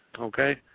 okay